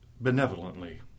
benevolently